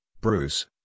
Bruce